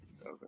okay